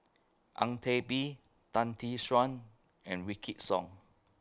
Ang Teck Bee Tan Tee Suan and Wykidd Song